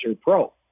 Pro